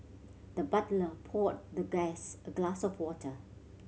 the butler poured the guest a glass of water